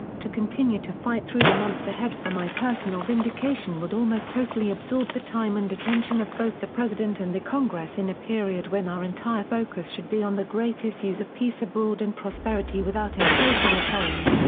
to continue to fight through the months ahead for my personal vindication would almost totally absorb the time and attention of both the president and the congress in a period when our entire focus should be on the great issues of peace abroad and prosperity without inflation at home.